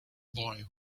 boy